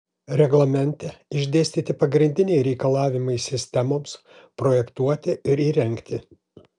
reglamente išdėstyti pagrindiniai reikalavimai sistemoms projektuoti ir įrengti